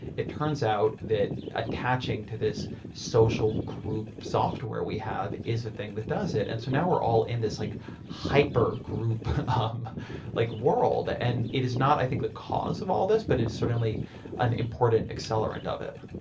it turns out that attaching to this social group software we have is a thing that does it. and so now we're all in this like hyper group um like world. and it is not, i think, the cause of all this, but it's certainly an important accelerant of it.